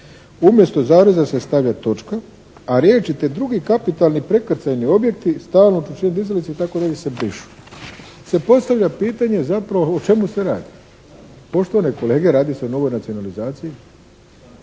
umjesto zareza se stavlja točka, a riječi «te drugi kapitalni prekrcajni objekti, stalno učvršćivanje dizalice» i tako dalje se brišu. Sad postavljam pitanje zapravo o čemu se radi? Poštovane kolege radi se o novoj nacionalizaciji,